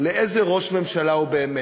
איזה ראש ממשלה הוא באמת.